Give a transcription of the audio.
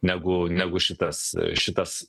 negu negu šitas šitas